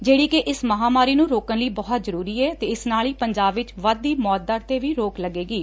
ਜਿਹੜੀ ਕਿ ਇਸ ਮਹਾਮਾਰੀ ਨੂੰ ਰੋਕਣ ਲਈ ਬਹੁਤ ਜਰੂਰੀ ਏ ਅਤੇ ਇਸ ਨਾਲ ਹੀ ਪੰਜਾਬ ਵਿਚ ਵਧਦੀ ਮੌਤ ਦਰ ਤੇ ਵੀ ਰੋਕ ਲੱਗੇਗੀ